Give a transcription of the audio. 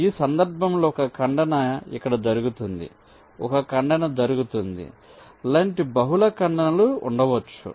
ఈ సందర్భంలో ఒక ఖండన ఇక్కడ జరుగుతోంది ఒక ఖండన జరుగుతోంది లాంటి బహుళ ఖండనలు ఉండవచ్చు